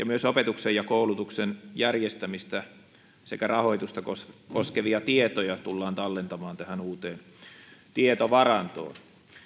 myös opetuksen ja koulutuksen järjestämistä sekä rahoitusta koskevia tietoja tullaan tallentamaan tähän uuteen tietovarantoon